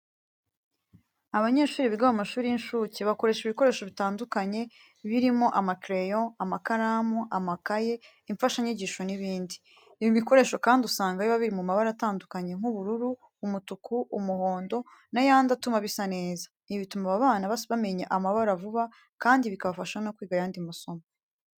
Abanyeshuri biga mu mashuri y'incuke bakoresha ibikoresho bitandukanye birimo amakereyo, amakaramu, amakayi, imfashanyigisho n'ibindi. Ibi bikoresho kandi usanga biba biri mu mabara atandukanye nk'ubururu, umutuku, umuhondo n'ayandi atumu bisa neza. Ibi bituma aba bana bamenya amabara vuba kandi bikabafasha no kwiga ayandi masomo.